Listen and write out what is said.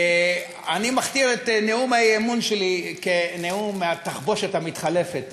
אני מכתיר את נאום האי-אמון שלי כנאום התחבושת המתחלפת,